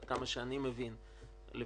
עד כמה שאני מבין לפחות,